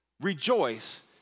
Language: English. rejoice